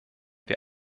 wir